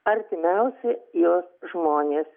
artimiausi jos žmonės